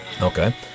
Okay